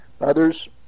Others